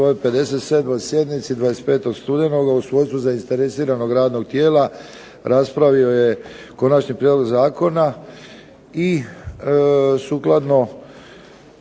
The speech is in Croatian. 57. sjednici 25. studenoga u svojstvu zainteresiranog radnog tijela raspravio je konačni prijedlog zakona i sukladno